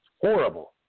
horrible